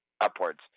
upwards